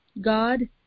God